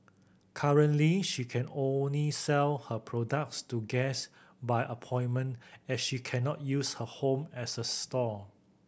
currently she can only sell her products to guest by appointment as she cannot use her home as a store